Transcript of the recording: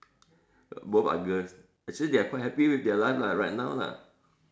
both are girls actually they are quite happy with their life lah right now lah